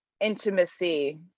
intimacy